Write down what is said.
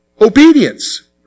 Obedience